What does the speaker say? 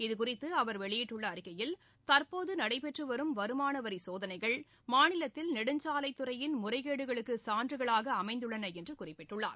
இதுகுறித்து அவர் வெளியிட்டுள்ள அறிக்கையில் தற்போது நடைபெற்று வரும் வருமான வரி சோதனைகள் மாநிலத்தில் நெடுஞ்சாலை துறையின் முறைகேடுகளுக்கு சான்றுகளாக அமைந்துள்ளன என்று குறிப்பிட்டுள்ளார்